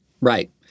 Right